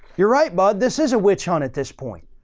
you're right, bud, this is a witch hunt at this point.